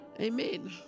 Amen